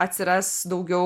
atsiras daugiau